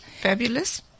Fabulous